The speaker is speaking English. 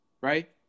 Right